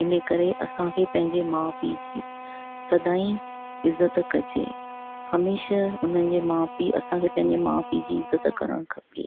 इन करे असां खे पंहिंजे माउ पीउ जी सदाई इज़त कजे हमेशा उननि जे माउ पीउ असांखे पंहिंजे माउ पीउ जी इज़त करणु खपे